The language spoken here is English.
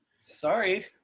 Sorry